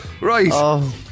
Right